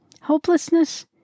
Hopelessness